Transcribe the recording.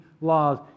laws